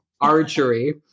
archery